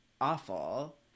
awful